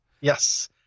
Yes